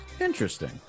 interesting